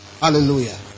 Hallelujah